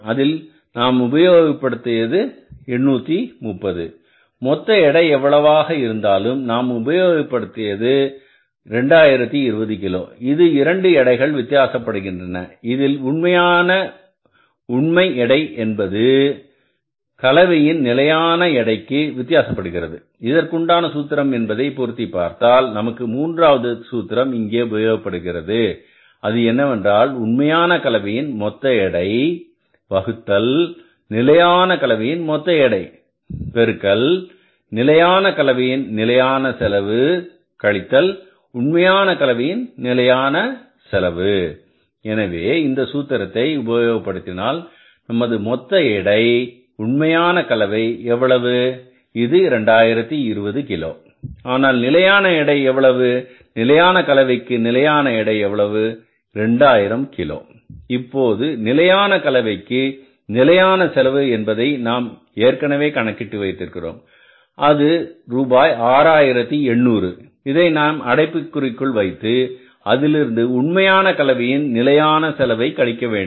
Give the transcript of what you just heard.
அதில் நாம் உபயோகப்படுத்தியது 830 மொத்த எடை எவ்வளவாக இருந்தாலும் நாம் உபயோகப்படுத்தியது 2020 கிலோ இது இரண்டு எடைகள் வித்தியாசப்படுகின்றன இதில் உண்மையை உண்மை எடை என்பது கலவையின் நிலையான எடைக்கு வித்தியாசப்படுகிறது இதற்குண்டான சூத்திரம் என்பதை பொருத்திப் பார்த்தால் நமக்கு மூன்றாவது சூத்திரம் இங்கே உபயோகப்படுத்தப்படுகிறது அது என்னவென்றால் உண்மையான கலவையின் மொத்த எடை வகுத்தல் நிலையான கலவையின் மொத்த எடை பெருக்கல் நிலையான கலவையின் நிலையான செலவு கழித்தல் உண்மையான கலவையின் நிலையான செலவு எனவே இந்த சூத்திரத்தை உபயோகப்படுத்தினால் நமது மொத்த எடை உண்மையான கலவை எவ்வளவு இது 2020 கிலோ ஆனால் நிலையான எடை எவ்வளவு நிலையான கலவைக்கு நிலையான எடை எவ்வளவு 2000 கிலோ இப்போது நிலையான கலவைக்கு நிலையான செலவு என்பதை நாம் ஏற்கனவே கணக்கிட்டு வைத்திருக்கிறோம் அது ரூபாய் 6800 இதை நாம் அடைப்புக்குறிக்குள் வைத்து அதிலிருந்து உண்மை கலவையின் நிலையான செலவை கழிக்கவேண்டும்